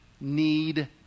need